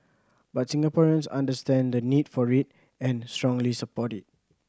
but Singaporeans understand the need for it and strongly support it